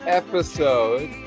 episode